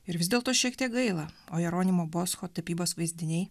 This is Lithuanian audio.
ir vis dėlto šiek tiek gaila o jeronimo boscho tapybos vaizdiniai